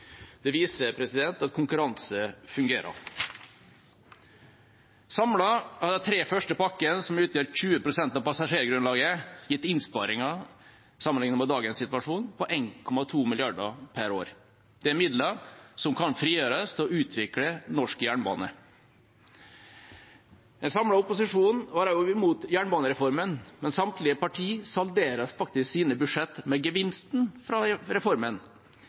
Det viser at konkurranse fungerer. Samlet har de tre første pakkene, som utgjør 20 pst. av passasjergrunnlaget, gitt innsparinger sammenlignet med dagens situasjon på 1,2 mrd. kr per år. Det er midler som kan frigjøres til å utvikle norsk jernbane. En samlet opposisjon var også imot jernbanereformen, men samtlige partier salderer faktisk sine budsjetter med gevinsten fra reformen.